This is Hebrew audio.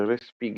ורספיגי.